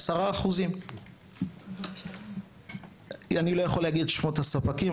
10%. אני לא יכול להגיד שמות ספקים,